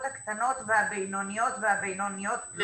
הקטנות והבינוניות והבינוניות פלוס.